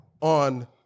on